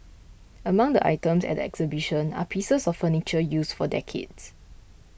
among the items at the exhibition are pieces of furniture used for decades